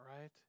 right